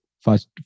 first